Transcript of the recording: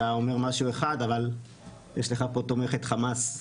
אתה אומר משהו אחד אבל יש לך תומכת חמאס מימינך.